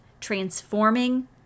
transforming